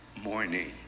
morning